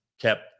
kept